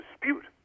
dispute